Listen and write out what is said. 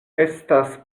estas